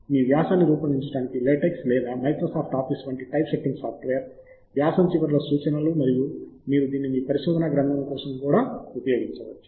మీ వ్యాసాన్ని రూపొందించడానికి లాటెక్స్ లేదా మైక్రోసాఫ్ట్ ఆఫీస్ వంటి టైప్సెట్టింగ్ సాఫ్ట్వేర్ వ్యాసం చివర సూచనలు మరియు మీరు దీన్ని మీ పరిశోధనా గ్రంధము కోసం కూడా ఉపయోగించవచ్చు